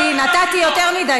הוא מדבר מדם